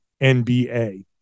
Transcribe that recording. NBA